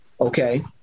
Okay